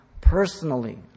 personally